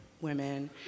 women